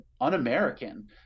un-American